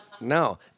No